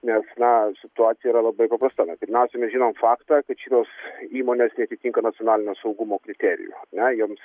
nes na situacija yra labai paprasta na pirmiausia mes žinom faktą kad šitos įmonės neatitinka nacionalinio saugumo kriterijų na jiems